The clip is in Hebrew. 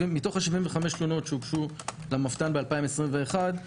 מתוך ה-75 שהוגשו למבת"ן ב-2021,